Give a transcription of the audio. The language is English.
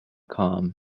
com